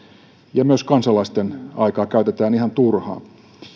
ja myös kansalaisten aikaa käytetään ihan turhaan